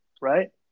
right